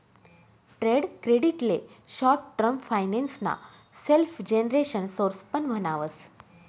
trade credit ले short term finance ना self generation source पण म्हणावस